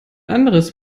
anderes